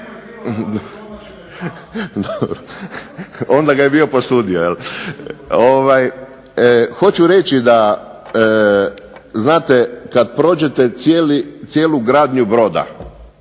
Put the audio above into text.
onda ga je bio posudio. Hoću reći da znate, kad prođete cijelu gradnju broda,